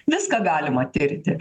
viską galima tirti